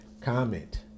comment